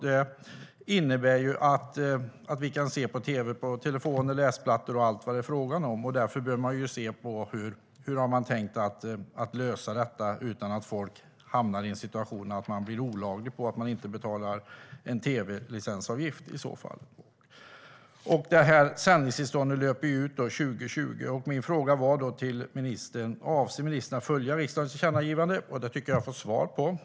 Det innebär att vi kan se på tv på telefon och läsplattor och allt vad det är. Hur har man tänkt lösa detta utan att människor hamnar i en situation där de gör något olagligt för att de inte betalar en tv-licensavgift i så fall? Sändningstillståndet löper ut 2019. Min fråga till ministern var: Avser ministern att följa riksdagens tillkännagivande? Det tycker jag att jag har fått svar på.